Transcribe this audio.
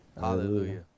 Hallelujah